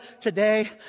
today